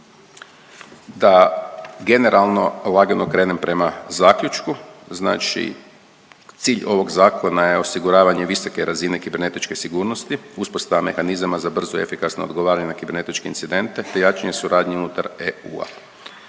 Da generalno lagano krenem prema zaključku, znači cilj ovog zakona je osiguravanje visoke razine kibernetičke sigurnosti, uspostava mehanizma za brzo i efikasno odgovaranje na kibernetičke incidente, te jačanje suradnje unutar EU-a.